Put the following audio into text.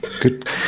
good